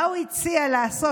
מה הוא הציע לעשות,